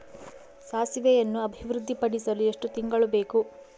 ಸಾಸಿವೆಯನ್ನು ಅಭಿವೃದ್ಧಿಪಡಿಸಲು ಎಷ್ಟು ತಿಂಗಳು ಬೇಕು?